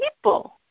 people